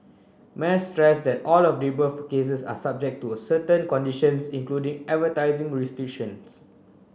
Mas stress that all of the above cases are subject to a certain conditions including advertising restrictions